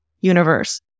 universe